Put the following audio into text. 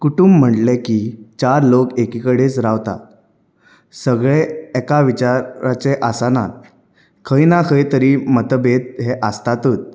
कुटूंब म्हळें की चार लोक एकीकडेच रावता सगळें एका विचाराचे आसनात खंय ना खंय तरी मतभेद हें आसतातूच